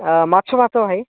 ମାଛ ଭାତ ଭାଇ